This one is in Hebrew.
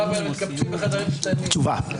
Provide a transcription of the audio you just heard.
תשובה.